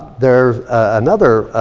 there's another